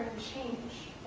change.